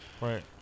right